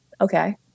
Okay